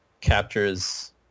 captures